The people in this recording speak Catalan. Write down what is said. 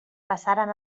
passaren